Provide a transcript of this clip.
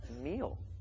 meal